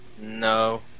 No